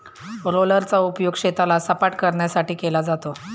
रोलरचा उपयोग शेताला सपाटकरण्यासाठी केला जातो